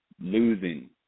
losing